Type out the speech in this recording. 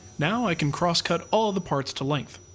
now i can crosscut but all the parts to length.